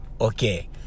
Okay